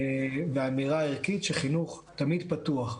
והאמירה הערכית שחינוך תמיד פתוח,